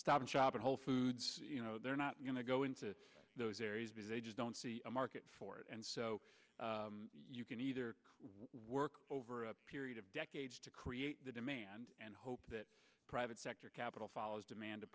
stop shop at whole foods they're not going to go into those areas because they just don't see a market for it and so you can either work over a period of decades to create the demand and hope that private sector capital follows demand to